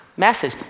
message